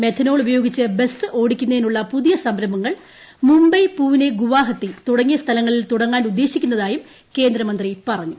methanol ഉപയോഗിച്ച് bus ഓടിക്കുന്നതിനുള്ള പുതിയ സംരംഭങ്ങൾ മുംബൈ പൂനൈ ഗുവാഹത്തി തുടങ്ങിയ സ്ഥലങ്ങളിൽ തുടങ്ങാൻ ഉദ്ദേശിക്കുന്നതായും കേന്ദ്ര മന്ത്രി പറഞ്ഞു